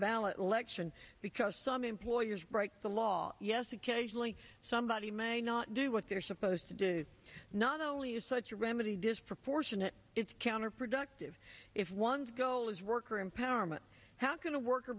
ballot election because some employers break the law yes occasionally somebody may not do what they're supposed to do not only is such a remedy disproportionate it's counterproductive if one's goal is worker empowerment how can a worker